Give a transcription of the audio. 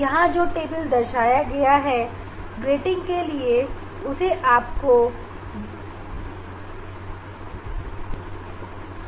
मैं इस टेबल के माध्यम से आपको आगे की प्रक्रिया समझाने की कोशिश करता हूं